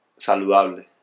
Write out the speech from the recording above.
saludable